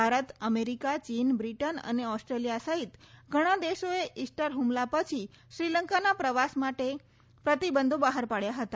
Bharat America ચીન Britain અને Australia સહિત ઘણા દેશોએ ઇસ્ટર હુમલા પછી શ્રીલંકાના પ્રવાસ માટે ચેતવણી બહાર પાડી હતી